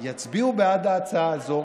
יצביעו בעד ההצעה הזו,